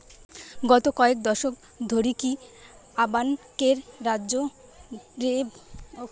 গত কয়েক দশক ধরিকি আমানকের রাজ্য রে ভাগচাষীমনকের অবস্থা অনেক খারাপ